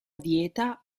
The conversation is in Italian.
dieta